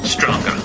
Stronger